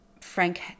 Frank